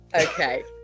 okay